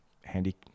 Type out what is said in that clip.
handy